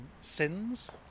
sins